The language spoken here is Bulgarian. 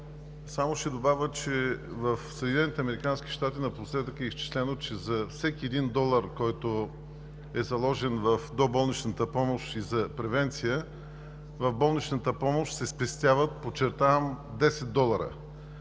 американски щати напоследък е изчислено, че за всеки един долар, който е заложен в доболничната помощ и за превенция, в болничната помощ се спестяват, подчертавам, 10 долара,